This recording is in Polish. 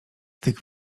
tych